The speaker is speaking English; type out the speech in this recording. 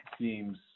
seems